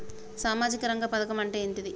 సామాజిక రంగ పథకం అంటే ఏంటిది?